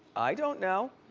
i don't know.